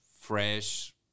fresh